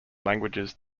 languages